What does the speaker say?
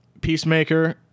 Peacemaker